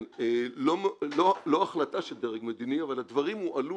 לא החלטה של דרג מדיני אבל הדברים הועלו